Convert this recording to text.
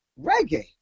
Reggae